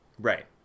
Right